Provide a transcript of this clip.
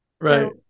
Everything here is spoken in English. Right